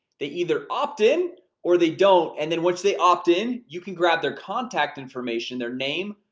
they either opt in or they don't, and then once they opt in, you can grab their contact information, their name,